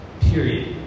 period